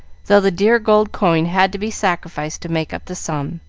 though the dear gold coin had to be sacrificed to make up the sum.